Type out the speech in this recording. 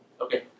Okay